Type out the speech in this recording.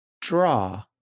Draw